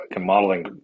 modeling